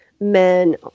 men –